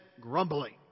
grumbling